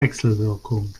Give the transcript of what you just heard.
wechselwirkung